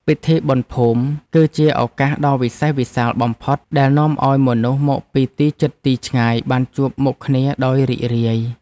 ពិធីបុណ្យភូមិ គឺជាឱកាសដ៏វិសេសវិសាលបំផុតដែលនាំឱ្យមនុស្សមកពីទីជិតទីឆ្ងាយបានជួបមុខគ្នាដោយរីករាយ។